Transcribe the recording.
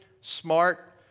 smart